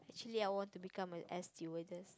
actually I want to become a air stewardess